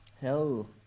Hell